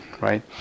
right